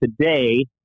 today